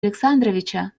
александровича